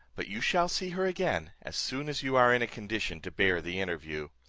but you shall see her again as soon as you are in a condition to bear the interview.